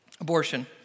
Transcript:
abortion